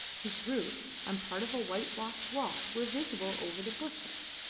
whose roof and part of a whitewashed wall were visible over the bushes.